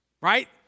Right